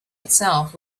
itself